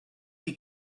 qué